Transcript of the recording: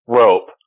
rope